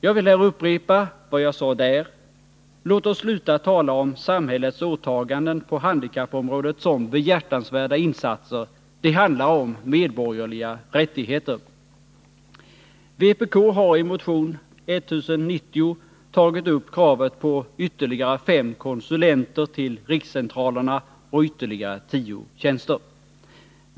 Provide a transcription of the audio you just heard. Jag vill här upprepa vad jag sade där: Låt oss sluta tala om samhällets åtaganden på handikappområdet som ”behjärtansvärda insatser”, det handlar om medborgerliga rättigheter. Vpk har i motion 1090 tagit upp kravet på ytterligare fem konsulenter till rikscentralerna och ytterligare tio tjänster.